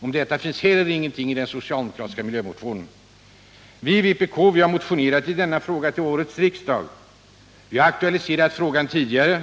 Om detta finns ingenting i den socialdemokratiska miljövårdsmotionen. Vpk har motionerat även i denna fråga till årets riksdag. Vi har aktualiserat frågan även tidigare.